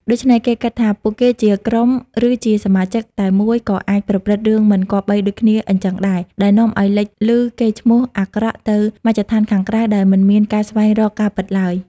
ដូច្នេះ គេគិតថា ពួកគេជាក្រុមឫជាសមាជិកតែមួយក៏អាចប្រព្រឹត្តរឿងមិនគប្បីដូចគ្នាអ៊ីចឹងដែរ ដែលនាំឲ្យលេចឮកេរ្តិ៍ឈ្មោះអាក្រក់ទៅមជ្ឈដ្ឋានខាងក្រៅដោយមិនមានការស្វែងរកការពិតទ្បើយ។